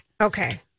Okay